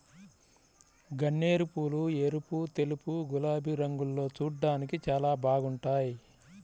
గన్నేరుపూలు ఎరుపు, తెలుపు, గులాబీ రంగుల్లో చూడ్డానికి చాలా బాగుంటాయ్